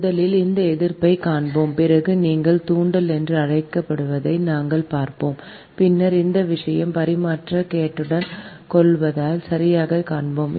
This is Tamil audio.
முதலில் அந்த எதிர்ப்பைக் காண்போம் பிறகு நீங்கள் தூண்டல் என்று அழைப்பதை நாங்கள் பார்ப்போம் பின்னர் இந்த விஷயம் பரிமாற்றக் கோட்டின் கொள்ளளவை சரியாகக் காண்போம்